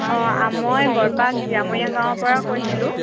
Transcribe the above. অঁ মই বৰপাক জীয়ামূৰীয়া গাঁৱৰপৰা কৈছিলোঁ